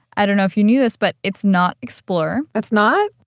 i don't know if you knew this, but it's not explorer it's not?